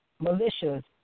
militias